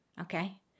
Okay